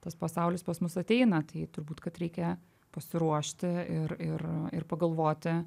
tas pasaulis pas mus ateina tai turbūt kad reikia pasiruošti ir ir ir pagalvoti